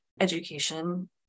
education